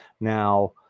Now